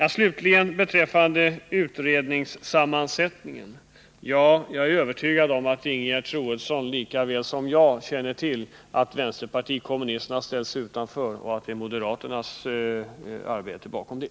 Vad slutligen gäller utredningsssammansättningen är jag övertygad om att Ingegerd Troedsson lika väl som jag känner till att vänsterpartiet kommunisterna ställt sig utanför utredningen och att det är moderaternas agerande som ligger bakom det.